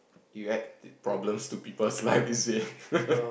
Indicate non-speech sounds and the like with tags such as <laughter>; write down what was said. you add problems to people's life is it <laughs>